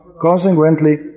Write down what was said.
Consequently